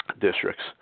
districts